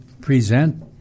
present